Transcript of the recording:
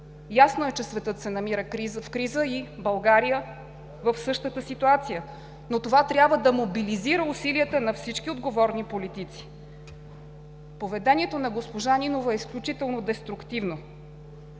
Ясно е, че светът се намира в криза и България е в същата ситуация, но това трябва да мобилизира усилията на всички отговорни политици. Поведението на госпожа Нинова е изключително деструктивно.